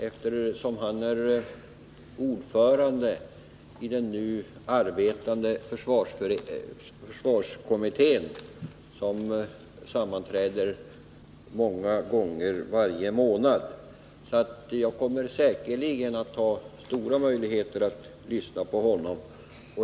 eftersom denna person är ordförande i den nu arbetande försvarskommittén, som sammanträder många gånger varje månad. Jag kommer säkerligen att ha goda möjligheter att lyssna på honom.